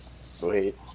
Sweet